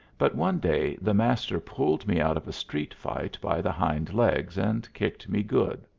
but one day the master pulled me out of a street-fight by the hind legs, and kicked me good.